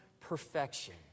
perfection